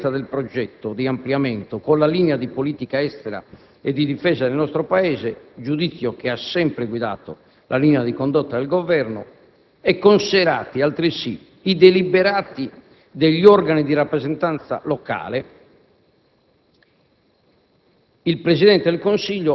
Muovendo, pertanto, dal giudizio di coerenza del progetto di ampliamento con la linea di politica estera e di difesa del nostro Paese, giudizio che ha sempre guidato la linea di condotta del Governo, e considerati altresì i deliberati degli organi di rappresentanza locale,